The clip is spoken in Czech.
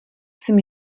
jsem